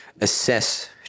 assess